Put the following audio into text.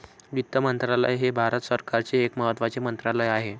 वित्त मंत्रालय हे भारत सरकारचे एक महत्त्वाचे मंत्रालय आहे